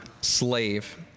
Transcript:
slave